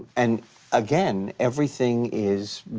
and again, everything is,